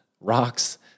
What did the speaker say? rocks